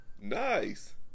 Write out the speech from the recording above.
Nice